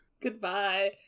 Goodbye